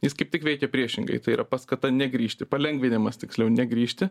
jis kaip tik veikia priešingai tai yra paskata negrįžti palengvinimas tiksliau negrįžti